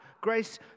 Grace